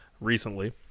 recently